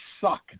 suck